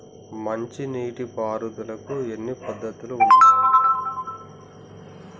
మంచి నీటి పారుదలకి ఎన్ని పద్దతులు ఉన్నాయి?